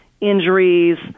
injuries